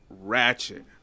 ratchet